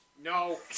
No